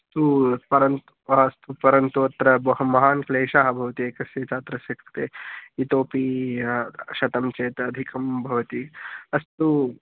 तू परन्तु अत्र बह् महान् क्लेशः भवति एकस्य छात्रस्य कृते इतोऽपि शतं चेत् अधिकं भवति अस्तु